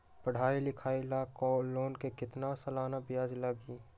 पढाई लिखाई ला लोन के कितना सालाना ब्याज लगी?